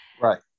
Right